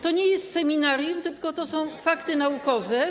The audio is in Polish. To nie jest seminarium, tylko to są fakty naukowe.